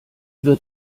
wird